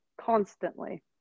constantly